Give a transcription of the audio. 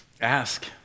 Ask